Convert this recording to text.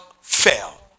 fell